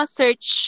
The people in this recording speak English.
search